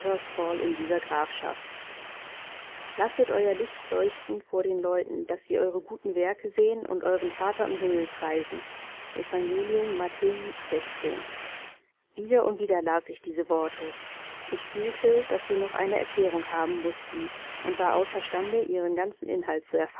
in dieser grafschaft lasset euer licht leuchten vor den leuten daß sie eure guten werke sehen und euren vater im himmel preisen ihr und wieder las ich diese worte ich fühlte daß sie noch eine erklärung haben mußten und war außer stande ihren ganzen inhalt